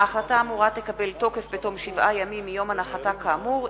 ההחלטה האמורה תקבל תוקף בתום שבעה ימים מיום הנחתה כאמור,